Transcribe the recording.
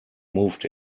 moved